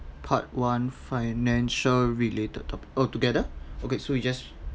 part one financial related top oh together okay so we just